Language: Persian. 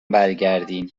برگردین